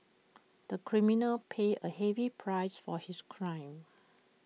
the criminal paid A heavy price for his crime